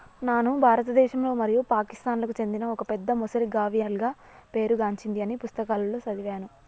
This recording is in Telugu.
నాను భారతదేశంలో మరియు పాకిస్తాన్లకు చెందిన ఒక పెద్ద మొసలి గావియల్గా పేరు గాంచింది అని పుస్తకాలలో సదివాను